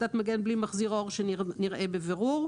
קסדת מגן בלי מחזיר אור שנראה בבירור".